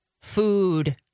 food